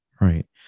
Right